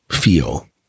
feel